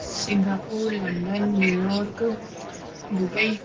Singapore London New York Dubai